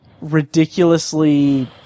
ridiculously